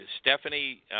Stephanie